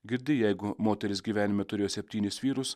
girdi jeigu moteris gyvenime turėjo septynis vyrus